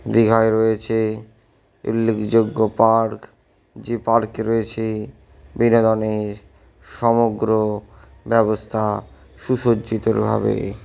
দিঘায় রয়েছে উল্লেখযোগ্য পার্ক যে পার্কে রয়েছে বিনোদনের সমগ্র ব্যবস্থা সুসজ্জিতভাবে